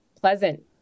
pleasant